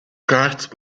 kaart